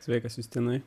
sveikas justinai